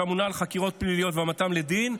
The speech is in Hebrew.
שאמונה על חקירות פליליות ועל העמדתם לדין,